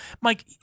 Mike